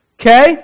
Okay